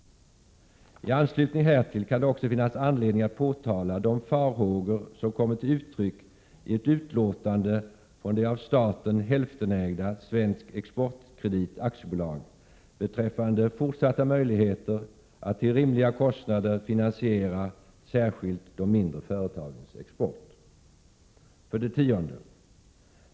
I anslutning härtill kan det också finnas anledning att påtala de farhågor som kommit till uttryck i ett utlåtande från det av staten hälftenägda Svensk Exportkredit AB beträffande fortsatta möjligheter att till rimliga kostnader finansiera särskilt de mindre företagens export. 10.